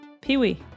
Pee-wee